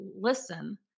listen